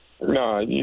No